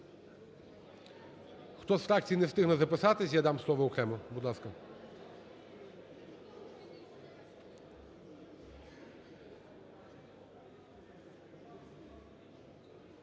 Хто з фракцій не встигли записатись, я дам слово окремо.